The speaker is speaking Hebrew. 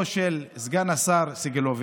המשמעותיים של הסכמה לאומית רחבה,